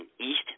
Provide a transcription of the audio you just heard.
East